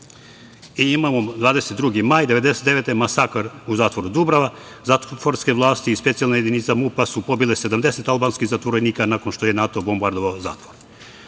imamo i 22. maj 1999. godine – masakr u zatvoru Dubrava, zatvorske vlasti i specijalne jedinice MUP-a su pobile 70 albanskih zatvorenika, nakon što je NATO bombardovao zatvor. Ovi